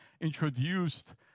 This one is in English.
introduced